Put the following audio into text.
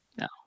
No